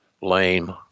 lame